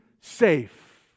safe